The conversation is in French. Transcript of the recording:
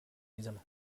examen